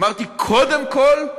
אמרתי: קודם כול,